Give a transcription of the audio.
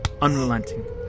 Unrelenting